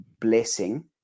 blessing